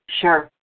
Sure